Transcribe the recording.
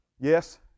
Yes